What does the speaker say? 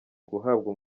guhabwa